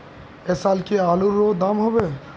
ऐ साल की आलूर र दाम होबे?